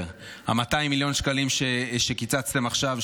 ה-200 מיליון שקלים שקיצצתם עכשיו,